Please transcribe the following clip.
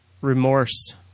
remorse